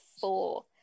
four